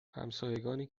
همسایگانی